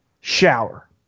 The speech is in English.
shower